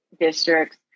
districts